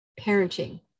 parenting